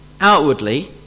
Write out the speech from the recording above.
outwardly